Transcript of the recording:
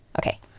okay